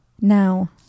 Now